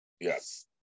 Yes